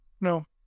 No